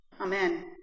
Amen